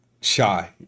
shy